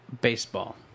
Baseball